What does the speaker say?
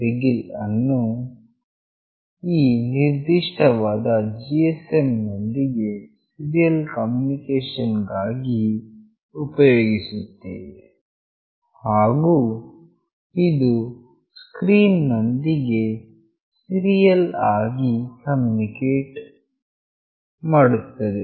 begin ಅನ್ನು ಈ ನಿರ್ದಿಷ್ಟವಾದ GSM ನೊಂದಿಗಿನ ಸೀರಿಯಲ್ ಕಮ್ಯುನಿಕೇಶನ್ ಗಾಗಿ ಉಪಯೋಗಿಸುತ್ತೇವೆ ಹಾಗು ಇದು ಸ್ಕ್ರೀನ್ ನೊಂದಿಗಿನ ಸೀರಿಯಲ್ ಕಮ್ಯುನಿಕೇಶನ್ ಗಾಗಿ ಆಗಿದೆ